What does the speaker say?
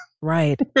Right